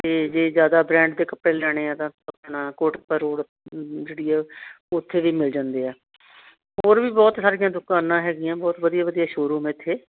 ਅਤੇ ਜੇ ਜ਼ਿਆਦਾ ਬਰਾਂਡ ਦੇ ਕੱਪੜੇ ਲੈਣੇ ਆ ਤਾਂ ਆਪਣਾ ਕੋਟਕਪੂਰਾ ਰੋਡ ਜਿਹੜੀ ਆ ਉੱਥੇ ਵੀ ਮਿਲ ਜਾਂਦੇ ਆ ਹੋਰ ਵੀ ਬਹੁਤ ਸਾਰੀਆਂ ਦੁਕਾਨਾਂ ਹੈਗੀਆਂ ਬਹੁਤ ਵਧੀਆ ਵਧੀਆ ਸ਼ੋਰੂਮ ਆ ਇੱਥੇ